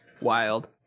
Wild